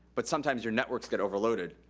but sometimes your networks get overloaded.